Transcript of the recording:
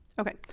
Okay